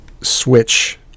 switch